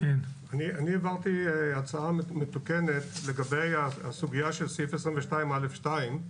אני העברתי הצעה מתוקנת לגבי הסוגיה של סעיף 22(א)(2),